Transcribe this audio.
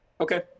Okay